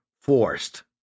forced